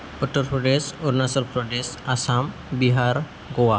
Uttar Pradesh Arunachal Pradesh Assam Bihar Goa